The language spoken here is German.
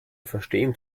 verstehen